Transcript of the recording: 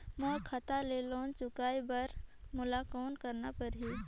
मोर खाता ले लोन चुकाय बर मोला कौन करना पड़ही?